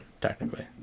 technically